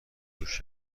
گوش